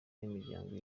n’imiryango